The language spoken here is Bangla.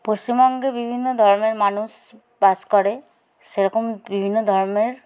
পশ্চিমবঙ্গে বিভিন্ন ধর্মের মানুষ বাস করে সেরকম বিভিন্ন ধর্মের